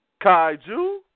Kaiju